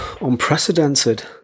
unprecedented